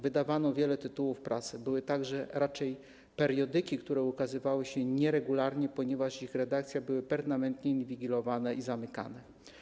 Wydawano wiele tytułów prasy, były także periodyki, które ukazywały się nieregularnie, ponieważ ich redakcje były permanentnie inwigilowane i zamykane.